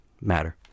matter